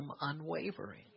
unwavering